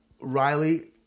Riley